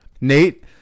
Nate